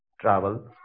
travel